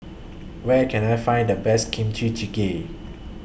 Where Can I Find The Best Kimchi Jjigae